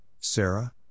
Sarah